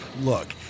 look